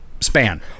span